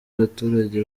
abaturage